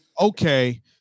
okay